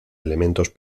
elementos